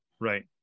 right